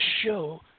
show